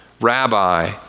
rabbi